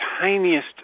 tiniest